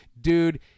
dude